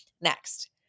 Next